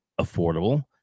affordable